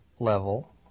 level